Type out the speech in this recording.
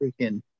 freaking